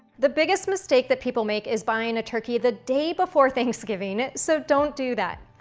the biggest mistake that people make is buying a turkey the day before thanksgiving. so don't do that.